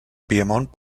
piemont